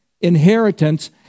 inheritance